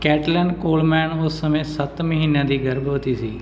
Cattelan Coleman ਉਸ ਸਮੇਂ ਸੱਤ ਮਹੀਨਿਆਂ ਦੀ ਗਰਭਵਤੀ ਸੀ